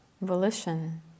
volition